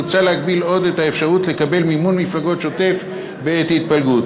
מוצע להגביל עוד את האפשרות לקבל מימון מפלגות שוטף בעת התפלגות.